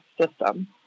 system